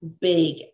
big